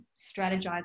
strategize